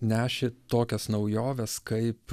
nešė tokias naujoves kaip